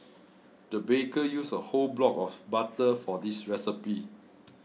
the baker used a whole block of butter for this recipe